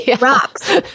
Rocks